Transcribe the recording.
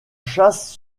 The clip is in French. chasse